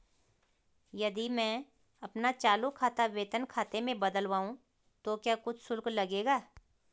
यदि मैं अपना चालू खाता वेतन खाते में बदलवाऊँ तो क्या कुछ शुल्क लगेगा?